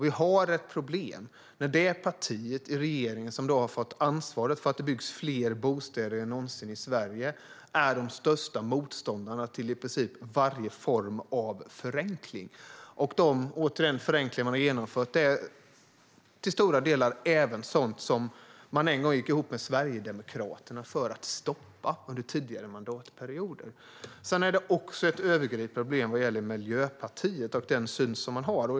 Vi har ett problem när det parti i regeringen som har fått ansvar för att det ska byggas fler bostäder än någonsin i Sverige är de största motståndarna till i princip varje form av förenkling. Återigen: De förenklingar man har genomfört är till stora delar även sådant som man under tidigare mandatperioder gått ihop med Sverigedemokraterna för att stoppa. Det finns också ett övergripande problem vad gäller Miljöpartiet och den syn man har.